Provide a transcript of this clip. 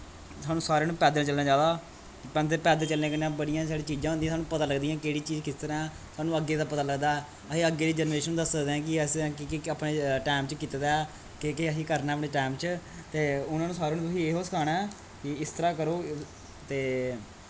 थोआनू सारेआं नू पैदल चलना चाहिदा बंदे पैदल चलने कन्नै बड़ियां साढ़ियां चीजां होंदियां सानूं पता लगदियां केह्ड़ी चीज़ किस तरह् ऐ सानूं अग्गें दा पता लगदा ऐ अस अग्गें दी जनरेशन गी दस्स सकदे ऐ कि असें केह् केह् अपने टैम च कीते दा ऐ केह् केह् असें करना असें टैम च ते उनां नू सारेआं नू तुसें एह् हो सखाना ऐ कि इस तरह् करो ते